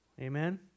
Amen